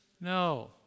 No